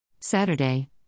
Saturday